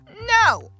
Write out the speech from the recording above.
no